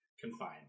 confined